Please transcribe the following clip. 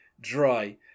dry